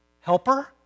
helper